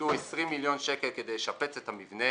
הושקעו 20 מיליון שקל כדי לשפץ את המבנה,